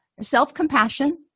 Self-compassion